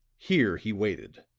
here he waited,